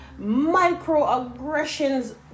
microaggressions